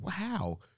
wow